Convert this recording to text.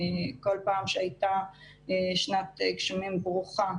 כל פעם שהייתה שנת גשמים ברוכה,